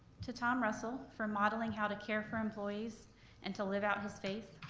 to tom russell for modeling how to care for employees and to live out his faith.